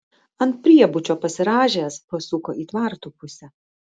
ant priebučio pasirąžęs pasuko į tvartų pusę